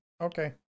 okay